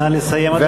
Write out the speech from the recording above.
נא לסיים, אדוני.